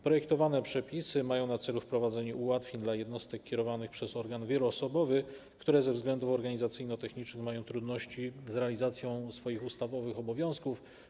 Projektowane przepisy mają na celu wprowadzenie ułatwień dla jednostek kierowanych przez organ wieloosobowy, które ze względów organizacyjno-technicznych mają trudności z realizacją swoich ustawowych obowiązków.